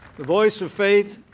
voice of faith,